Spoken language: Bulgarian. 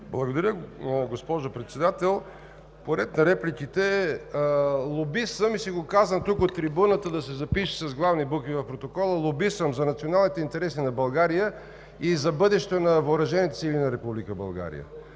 Благодаря, госпожо Председател. По ред на репликите: лобист съм и си го казвам тук, от трибуната, да се запише с главни букви в протокола – лобист съм за националните интереси на България и за бъдещето на въоръжените сили на Република България.